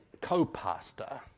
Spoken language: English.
co-pastor